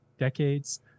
decades